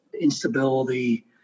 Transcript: instability